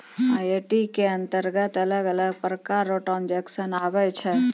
EFT के अंतरगत अलग अलग प्रकार रो ट्रांजेक्शन आवै छै